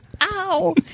Ow